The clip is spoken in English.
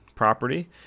property